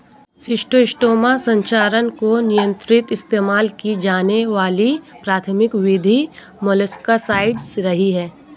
schistosoma संचरण को नियंत्रित इस्तेमाल की जाने वाली प्राथमिक विधि मोलस्कसाइड्स रही है